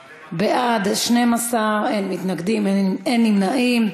בעד, 12, אין מתנגדים, אין נמנעים.